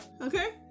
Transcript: okay